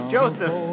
Joseph